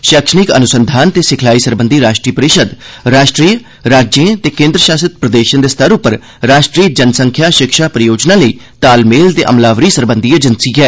शैक्षणिक अनुसंघान ते सिखलाई सरबधी राश्ट्रीय परिषद राश्ट्रीय राज्ये ते केंद्र शासित प्रदेशें दे स्तर उप्पर राश्ट्रीय जनसंख्या शिक्षा परियोजना लेई तालमेल ते अमलावरी सरबंधी एजेंसी ऐ